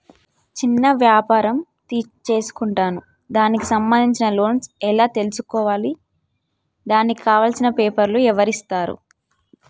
చిన్న వ్యాపారం చేసుకుంటాను దానికి సంబంధించిన లోన్స్ ఎలా తెలుసుకోవాలి దానికి కావాల్సిన పేపర్లు ఎవరిస్తారు?